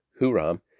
Huram